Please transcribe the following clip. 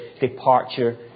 departure